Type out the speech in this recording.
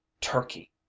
turkey